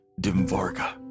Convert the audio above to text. Dimvarga